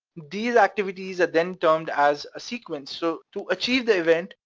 these activities are then termed as a sequence. so, to achieve the event,